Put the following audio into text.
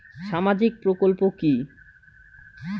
সামাজিক প্রকল্প কি?